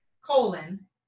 colon